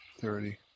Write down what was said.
Thirty